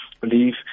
believe